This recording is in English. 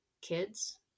kids